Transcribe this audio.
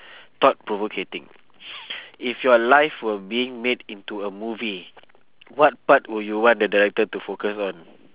thought provocating if your life were being made into a movie what part would you want the director to focus on